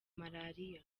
maraliya